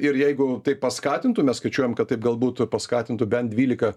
ir jeigu tai paskatintų mes skaičiuojam kad taip gal būtų paskatintų bent dvylika